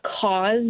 cause